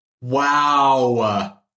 Wow